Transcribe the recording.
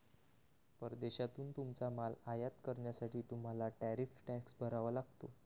परदेशातून तुमचा माल आयात करण्यासाठी तुम्हाला टॅरिफ टॅक्स भरावा लागतो